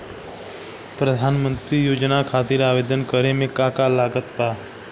प्रधानमंत्री योजना खातिर आवेदन करे मे का का लागत बा?